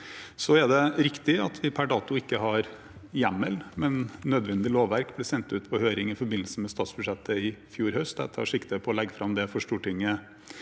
Så er det riktig at vi per dato ikke har hjemmel, men nødvendig lovverk ble sendt ut på høring i forbindelse med statsbudsjettet i fjor høst. Jeg tar sikte på å legge det fram for Stortinget